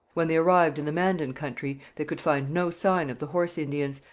when they arrived in the mandan country they could find no sign of the horse indians,